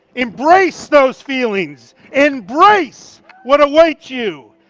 embrace those feelings. embrace what awaits you.